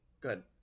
good